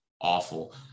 awful